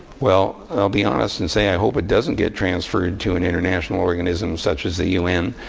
well, i'll be honest and say i hope it doesn't get transferred to an international organism such as the un.